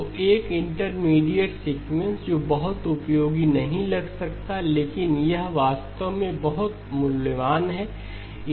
तो एक intermediate sequence जो बहुत उपयोगी नहीं लग सकता है लेकिन यह वास्तव में बहुत बहुत मूल्यवान है